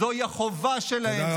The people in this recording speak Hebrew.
זוהי החובה שלהם.